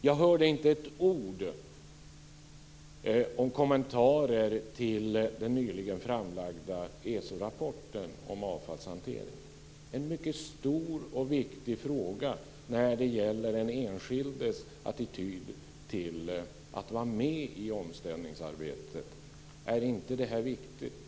Jag hörde inte ett ord eller en kommentar till den nyligen framlagda ESO-rapporten om avfallshantering. Det är en stor och viktig fråga när det gäller den enskildes attityd till att vara med i omställningsarbetet. Är inte det viktigt?